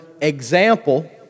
example